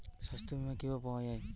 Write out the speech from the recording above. সাস্থ্য বিমা কি ভাবে পাওয়া যায়?